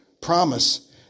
promise